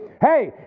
Hey